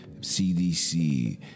CDC